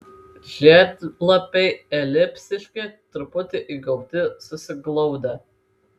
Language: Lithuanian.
žiedlapiai elipsiški truputį įgaubti susiglaudę